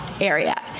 area